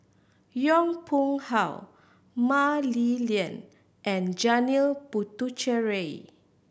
Yong Pung How Mah Li Lian and Janil Puthucheary